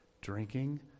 Drinking